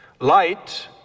Light